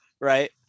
Right